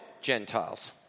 Gentiles